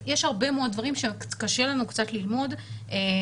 יש הרבה מאוד דברים שקשה לנו קצת ללמוד מהעולם,